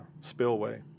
spillway